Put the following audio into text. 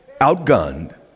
outgunned